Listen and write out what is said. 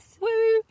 Woo